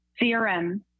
CRM